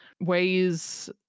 ways